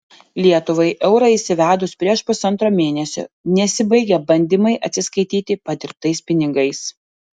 lietuvai eurą įsivedus prieš pusantro mėnesio nesibaigia bandymai atsiskaityti padirbtais pinigais